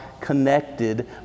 connected